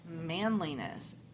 manliness